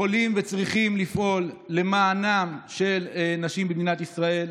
יכולים וצריכים לפעול למען נשים במדינת ישראל.